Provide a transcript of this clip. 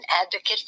advocate